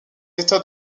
états